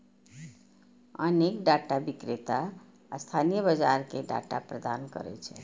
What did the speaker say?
अनेक डाटा विक्रेता स्थानीय बाजार कें डाटा प्रदान करै छै